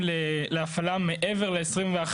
הטובה ביותר להפחתת פליטות עבור אותה יחידת